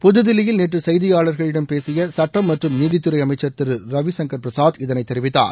புதுதில்லியில் நேற்று செய்தியாளர்களிடம் பேசிய சட்டம் மற்றும் நீதித்துறை அமைச்சர் திரு ரவி சங்கர் பிரசாத் இதனைத் தெரிவித்தார்